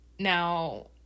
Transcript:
Now